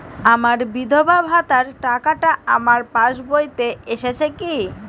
আমার বিধবা ভাতার টাকাটা আমার পাসবইতে এসেছে কি?